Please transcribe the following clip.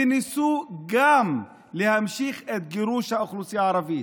וניסו גם להמשיך את גירוש האוכלוסייה הערבית,